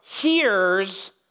hears